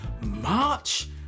March